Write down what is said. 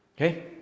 Okay